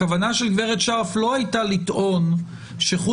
הכוונה של גברת שארף לא הייתה לטעון שחוץ